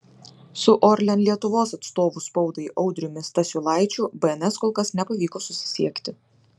su orlen lietuvos atstovu spaudai audriumi stasiulaičiu bns kol kas nepavyko susisiekti